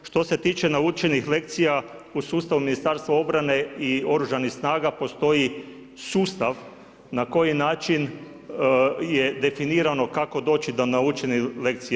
Što se tiče naučenih lekcija u sustavu Ministarstva obrane i Oružanih snaga postoji sustav na koji način je definirano kako doći do naučenih lekcija.